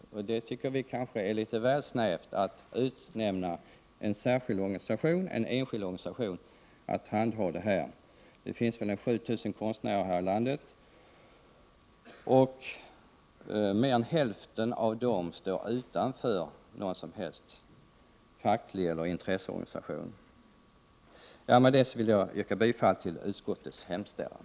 Vi tycker att det är litet väl snävt att utnämna en enskild organisation att handha detta. Det finns ungefär 7 000 konstnärer i landet och mer än hälften av dem står utanför varje facklig organisation eller intresseorganisation. Med detta yrkar jag bifall till utskottets hemställan.